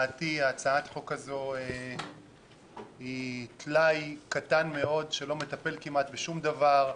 הצעת החוק הזאת היא טלאי קטן שלא מטפל כמעט בשום דבר.